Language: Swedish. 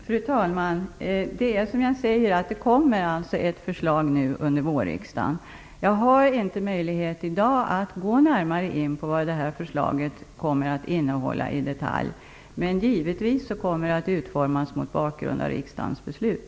Fru talman! Det kommer alltså ett förslag under vårriksdagen. Jag har inte i dag möjlighet att gå närmare in på vad förslaget kommer att innehålla i detalj, men det skall givetvis utformas mot bakgrund av riksdagens beslut.